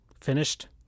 finished